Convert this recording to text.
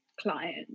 client